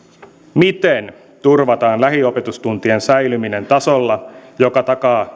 miten turvataan lähiopetustuntien säilyminen tasolla joka takaa